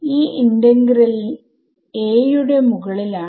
ഈ integral a യുടെ മുകളിൽ ആണ്